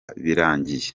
birangiye